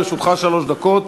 לרשותך שלוש דקות.